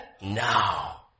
Now